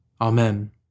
Amen